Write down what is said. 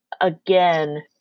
again